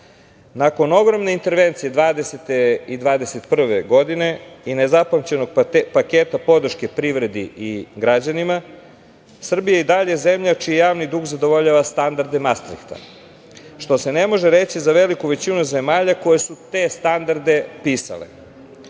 ogromne intervencije 2020. i 2021. godine i nezapamćenog paketa podrške privredi i građanima, Srbija je i dalje zemlja čiji javni dug zadovoljava standarde Mastrihta, što se ne može reći za veliku većinu zemalja koje su te standarde pisale,